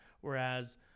whereas